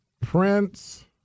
Prince